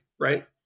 right